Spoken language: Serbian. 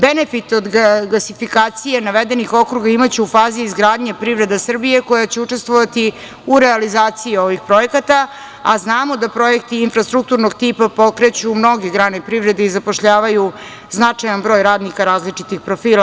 Benefit od gasifikacije navedenih okruga imaće u fazi izgradnje privreda Srbije koja će učestovati u realizaciji ovih projekata, a znamo da projekti infrastrukturnog tipa pokreću mnoge grane privrede i zapošljavaju značajan broj radnika različitih profila.